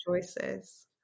choices